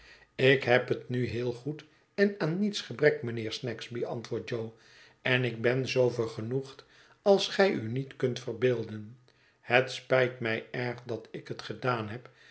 ik heb het nu heel goed en aan niets gebrek mijnheer snagsby antwoordt jo en ik ben zoo vergenoegd als gij u niet kunt verbeelden het spijt mij erg dat ik het gedaan heb